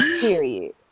Period